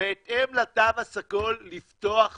בהתאם לתו הסגול לפתוח מוזיאונים.